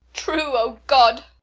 true! o god!